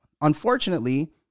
Unfortunately